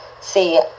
See